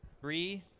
Three